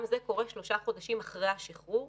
גם זה קורה 3 חודשים אחרי השחרור.